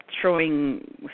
throwing